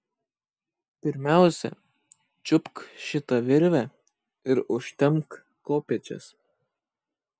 pirmiausia čiupk šitą virvę ir užtempk kopėčias